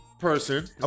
Person